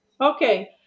Okay